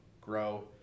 grow